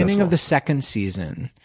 and of the second season.